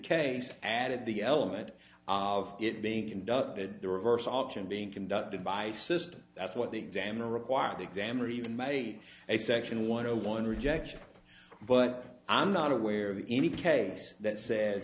case added the element of it being conducted the reverse auction being conducted by system that's what the examiner require the exam or even maybe a section one o one rejection but i'm not aware of any case that says